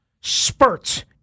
spurt